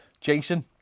Jason